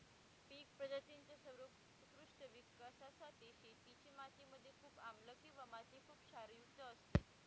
पिक प्रजातींच्या सर्वोत्कृष्ट विकासासाठी शेतीच्या माती मध्ये खूप आम्लं किंवा माती खुप क्षारयुक्त असते